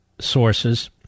sources